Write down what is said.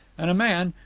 and a man,